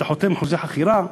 אתה חותם חוזה חכירה,